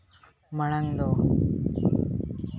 ᱢᱟᱲᱟᱝ ᱫᱚ